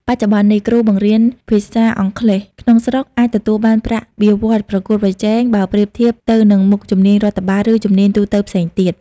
បច្ចុប្បន្ននេះ គ្រូបង្រៀនភាសាអង់គ្លេសក្នុងស្រុកអាចទទួលបានប្រាក់បៀវត្សរ៍ប្រកួតប្រជែង បើប្រៀបធៀបទៅនឹងមុខជំនាញរដ្ឋបាល ឬជំនាញទូទៅផ្សេងទៀត។